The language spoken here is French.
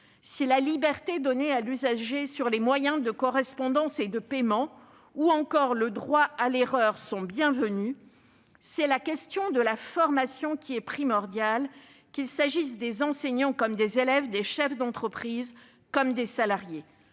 Si la liberté donnée à l'usager sur les moyens de correspondance et de paiement ou encore le droit à l'erreur sont bienvenus, c'est la question de la formation qui est primordiale, qu'il s'agisse des enseignants comme des élèves, des chefs d'entreprise comme des salariés.